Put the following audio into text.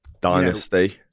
Dynasty